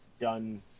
done